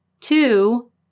Two